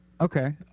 Okay